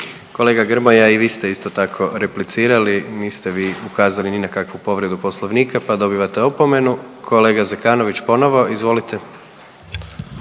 Kolega Grmoja i vi ste isto tako replicirali, niste vi ukazali ni na kakvu povredu poslovnika pa dobivate opomenu. Kolega Zekanović ponovo, izvolite.